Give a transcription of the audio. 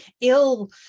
ill